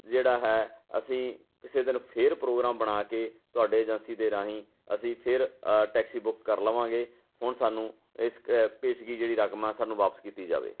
ਜਿਹੜਾ ਹੈ ਅਸੀਂ ਕਿਸੇ ਦਿਨ ਫੇਰ ਪ੍ਰੋਗਰਾਮ ਬਣਾ ਕੇ ਤੁਹਾਡੇ ਏਜੰਸੀ ਦੇ ਰਾਹੀਂ ਅਸੀਂ ਫੇਰ ਟੈਕਸੀ ਬੁੱਕ ਕਰ ਲਵਾਂਗੇ ਹੁਣ ਸਾਨੂੰ ਇਸ ਪੇਸ਼ਗੀ ਜਿਹੜੀ ਰਕਮ ਆ ਸਾਨੂੰ ਵਾਪਸ ਕੀਤੀ ਜਾਵੇ